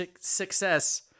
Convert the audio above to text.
success